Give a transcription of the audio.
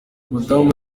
madamu